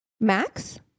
Max